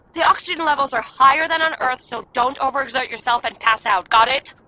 the oxygen levels are higher than on earth, so don't over exert yourself and pass out. got it?